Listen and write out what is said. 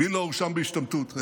מי לא הואשם בהשתמטות?